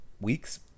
weeks